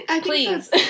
Please